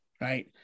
right